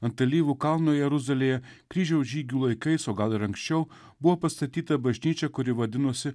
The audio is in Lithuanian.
ant alyvų kalno jeruzalėje kryžiaus žygių laikais o gal ir anksčiau buvo pastatyta bažnyčia kuri vadinosi